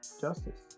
justice